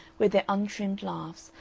with their untrimmed laughs,